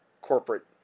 Corporate